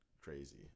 crazy